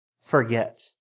forget